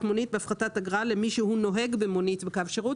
מונית בהפחתת אגרה למי שהוא נוהג במונית בקו שירות".